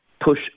push